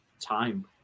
time